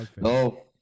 No